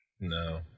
no